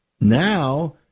Now